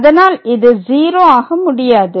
அதனால் இது 0 ஆக முடியாது